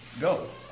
Go